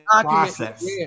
process